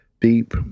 deep